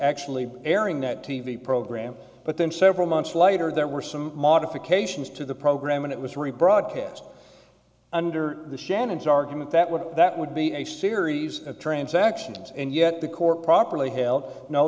actually airing that t v program but then several months later there were some modifications to the program and it was rebroadcast under the shannons argument that would that would be a series of transactions and yet the court properly held no